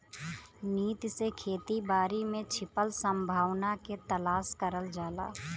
नीति से खेती बारी में छिपल संभावना के तलाश करल जाला